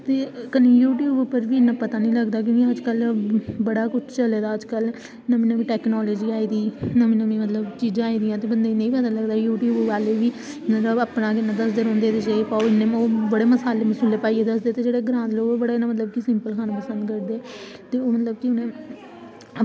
ते कन्नै यूट्यूब पर बी इन्ना पता निं चलदा क्योंकि यूट्यूब पर अज्जकल बड़ा गै चलै दा नमीं नमीं टेक्नोलॉज़ी आई दी नमीं नमीं चीज़ां आई दियां मतलब ते नेईं पता लगदा की नमीं नमीं गल्ल की ते बड़ा दस्सदे ओह् बड़े मसालै पाइयै दस्सदे ओह ते सिंपल खाना पसंद औंदा ऐ ते हून लेकिन